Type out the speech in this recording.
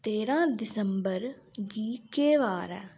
तेरां दिसंबर गी केह् बार ऐ